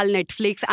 Netflix